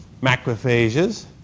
macrophages